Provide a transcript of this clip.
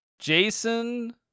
Jason